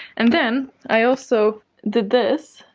and then i also did this.